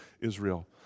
Israel